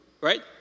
Right